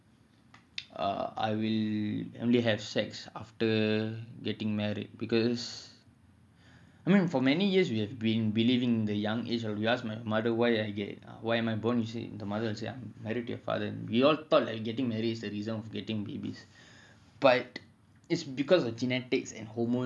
err I will only have sex after getting married because I mean for many years we have been believing the young age of you ask my mother why am I born and the mother will say I married to your father and we all thought that getting married was for the reason for getting baby